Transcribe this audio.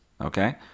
okay